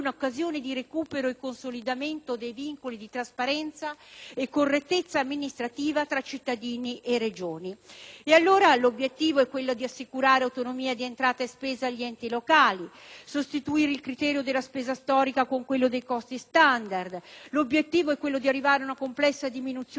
e consolidamento dei vincoli di trasparenza e di correttezza amministrativa tra cittadini e Regioni. Allora, l'obiettivo è di assicurare autonomia di entrata e spesa agli enti locali e di sostituire il criterio della spesa storica con quello dei costi standard. L'obiettivo è quello di arrivare a una complessa diminuzione della pressione fiscale,